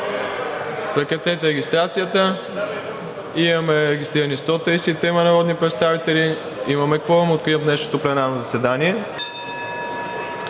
за регистрация. Имаме регистрирани 133 народни представители. Имаме кворум. Откривам днешното пленарно заседание.